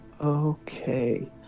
Okay